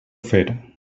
fer